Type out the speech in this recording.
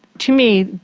to me,